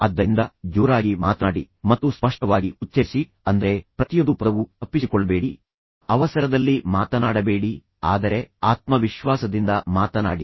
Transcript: ಆದ್ದರಿಂದ ಜೋರಾಗಿ ಮಾತನಾಡಿ ಮತ್ತು ಸ್ಪಷ್ಟವಾಗಿ ಉಚ್ಚರಿಸಿ ಅಂದರೆ ಪ್ರತಿಯೊಂದು ಪದವೂ ತಪ್ಪಿಸಿಕೊಳ್ಳಬೇಡಿ ಅವಸರದಲ್ಲಿ ಮಾತನಾಡಬೇಡಿ ನಿಧಾನವಾಗಿ ಮಾತನಾಡಿ ಆದರೆ ಆತ್ಮವಿಶ್ವಾಸದಿಂದ ಮಾತನಾಡಿ